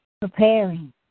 preparing